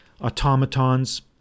automatons